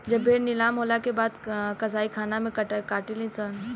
जब भेड़ नीलाम होला के बाद कसाईखाना मे कटाली सन